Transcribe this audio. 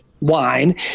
wine